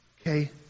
okay